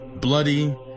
bloody